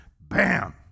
Bam